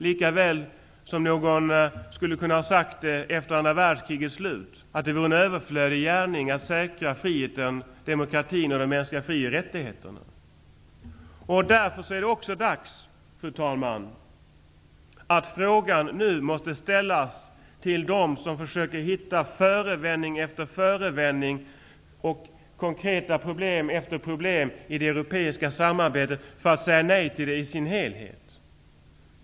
Det är lika omöjligt som att någon efter andra världskrigets slut skulle ha sagt att det vore en överflödig gärning att säkra friheten, demokratin och de mänskliga fri och rättigheterna. Fru talman! Frågan måste nu ställas till dem som försöker hitta förevändning efter förevändning och konkret problem efter problem i det europeiska samarbetet för att kunna säga nej till det i sin helhet.